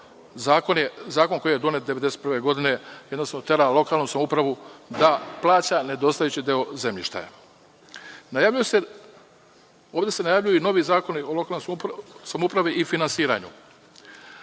zakon koji je donet 1991. godine tera lokalnu samoupravu da plaća nedostajući deo zemljišta. Ovde se najavljuju i novi zakoni o lokalnoj samoupravi i finansiranju.